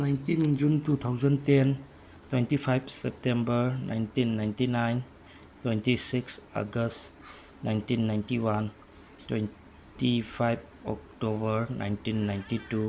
nineteen June two thousand ten twenty five September nineteen ninety nine twenty six August nineteen ninety one twenty five October nineteen ninety two